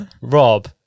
Rob